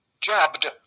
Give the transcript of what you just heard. jabbed